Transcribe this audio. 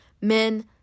Men